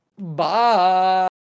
Bye